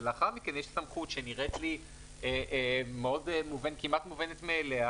ולאחר מכן יש סמכות שנראית לי כמעט מובנת מאליה